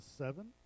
seven